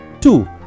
Two